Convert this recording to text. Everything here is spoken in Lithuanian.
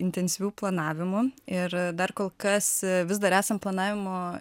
intensyvių planavimų ir dar kol kas vis dar esam planavimo